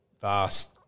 vast